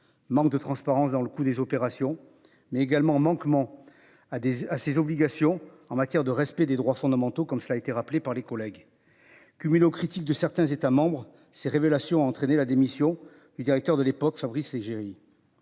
Manque de transparence dans le coût des opérations mais également manquements à des, à ses obligations en matière de respect des droits fondamentaux, comme cela a été rappelé par les collègues. Cumul aux critiques de certains États membres. Ces révélations ont entraîné la démission du directeur de l'époque, Fabrice Leggeri.